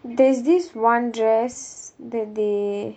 there's this one dress that they